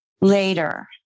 later